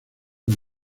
del